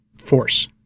force